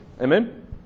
Amen